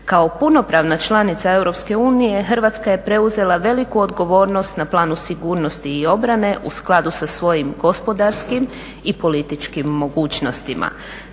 Kao punopravna članica EU Hrvatska je preuzela veliku odgovornost na planu sigurnosti i obrane u skladu sa svojim gospodarskim i političkim mogućnostima.